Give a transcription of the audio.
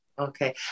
Okay